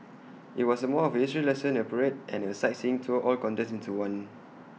IT was more of A history lesson A parade and A sightseeing tour all condensed into one